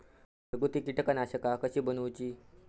घरगुती कीटकनाशका कशी बनवूची?